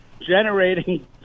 generating